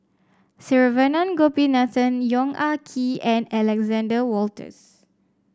Saravanan Gopinathan Yong Ah Kee and Alexander Wolters